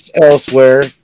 elsewhere